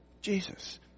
Jesus